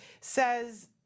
says